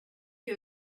you